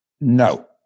No